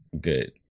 good